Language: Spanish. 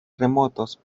remotos